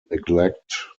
neglect